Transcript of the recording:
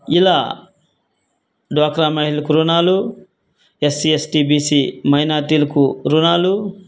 ఇలా వాక్రా మహిళలకు రుణాలు ఎస్సి ఎస్టీ బీసి మైనార్టీలకు రుణాలు